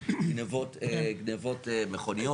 אלה גניבות של מכוניות.